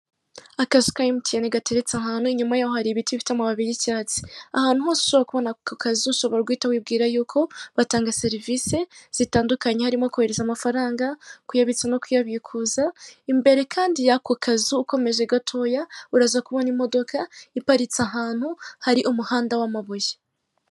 Akazu ka emutiyene gateretse ahantu inyuma yaho hari ibiti bifite amababi y'icyatsi, ahantu hose ushobora kubora ako kazu ushobora guhita wibwira yuko batanga serivisi zitandukanye, harimo kohereza amafaranga, kuyabitsa no kuyabikuza imbere kandi yako kazu ukomeje gatoya urazakubona imodaka iparitse ahantu hari umuhanda w'amabuye.